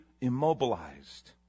immobilized